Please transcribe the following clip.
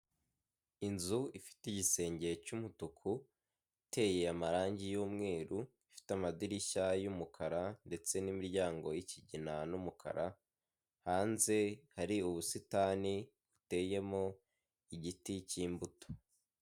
Inzu ifite igisenge cy'umutuku, iteye amarangi yumweru, ifite amadirishya yumukara ndetse n'imiryango y'ikigina n'umukara, hanze hari ubusitani buteyemo igiti cy'imbuto.